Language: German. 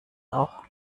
auch